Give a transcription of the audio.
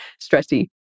stressy